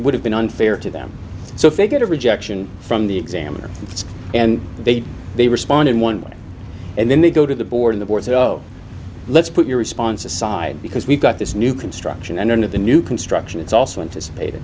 would have been unfair to them so if they get a rejection from the examiner and they do they respond in one way and they go to the board the board said oh let's put your response aside because we've got this new construction and into the new construction it's also